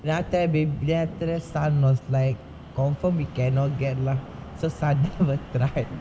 ratha biprathra sun was like confirm we cannot get so sun never try